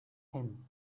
him